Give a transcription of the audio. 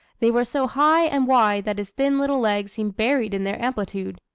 they were so high and wide that his thin little legs seemed buried in their amplitude.